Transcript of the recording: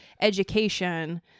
education